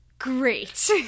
Great